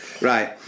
Right